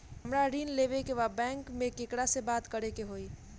हमरा ऋण लेवे के बा बैंक में केकरा से बात करे के होई?